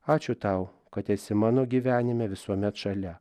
ačiū tau kad esi mano gyvenime visuomet šalia